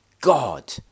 God